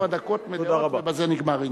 אני מוסיף לך ארבע דקות מלאות, ובזה נגמר עניין.